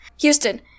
Houston